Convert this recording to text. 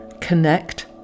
connect